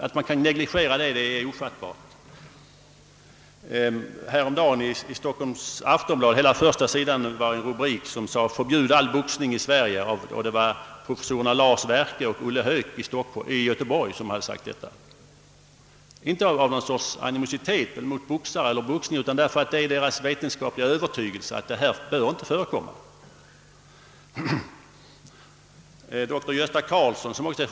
Det är ofattbart att man kan nonchalera det. På första sidan i Aftonbadet var det häromdagen en rubrik som lydde: »Förbjud all boxning i Sverige.» Det var professorerna Lars Werkö och Olle Höök i Göteborg som hade sagt detta. Deras uttalande berodde inte på någon slags animositet mot boxare eller boxning, utan var föranledd av deras vetenskapliga övertygelse att sådan inte bör få förekomma. Det finns boxningsvänner av alla sorter.